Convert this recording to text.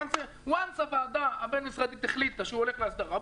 פעם הוועדה הבין-משרדית החליטה שהוא הולך להסדרה,